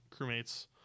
crewmates